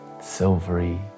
silvery